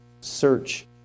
search